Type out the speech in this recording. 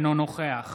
אינו נוכח